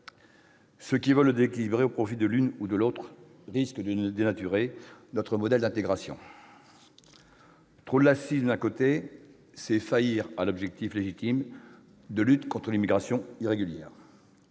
Ceux qui veulent modifier cet équilibre au profit de l'un ou de l'autre risquent de dénaturer notre modèle d'intégration. Trop de laxisme, d'une part, c'est faillir à l'objectif légitime de lutte contre l'immigration irrégulière.